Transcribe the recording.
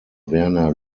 werner